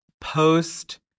post